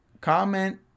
comment